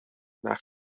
nach